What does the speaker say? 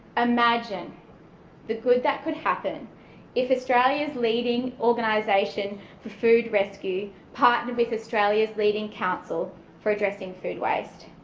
imagine the good that could happen if australia's leading organisation for food rescue partnered with australia's leading council for addressing food waste.